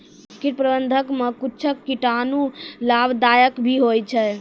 कीट प्रबंधक मे कुच्छ कीटाणु लाभदायक भी होय छै